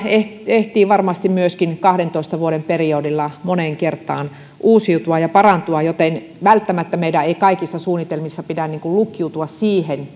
ehtii varmasti myöskin kahdentoista vuoden periodilla moneen kertaan uusiutua ja parantua joten välttämättä meidän ei kaikissa suunnitelmissa pidä lukkiutua siihen